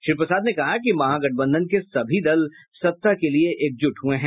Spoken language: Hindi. श्री प्रसाद ने कहा कि महागठबंधन के सभी दल सत्ता के लिये एकजुट हुये हैं